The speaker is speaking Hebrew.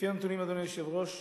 לפי הנתונים, אדוני היושב-ראש,